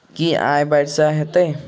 की आय बारिश हेतै?